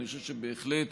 אני חושב שבהחלט